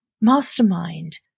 mastermind